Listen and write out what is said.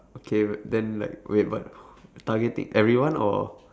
okay wait then like wait what targeting everyone or